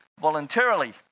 voluntarily